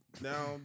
now